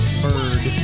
bird